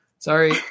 Sorry